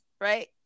right